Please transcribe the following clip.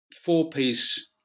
four-piece